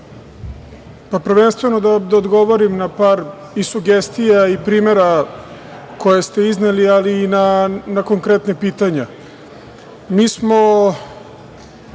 predsedavajući. Prvenstveno da odgovorim na par sugestija i primera koje ste izneli, ali i na konkretna pitanja. Mi smo,